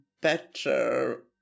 better